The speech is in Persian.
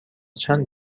چند